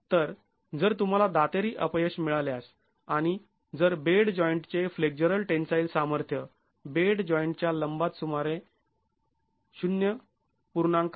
तर जर तुम्हाला दातेरी अपयश मिळाल्यास आणि जर बेड जॉईंटचे फ्लेक्झरल टेन्साईल सामर्थ्य बेड जॉईंटच्या लंबात सुमारे ०